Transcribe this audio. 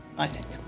i think.